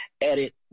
edit